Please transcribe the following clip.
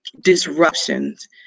disruptions